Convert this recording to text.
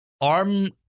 arm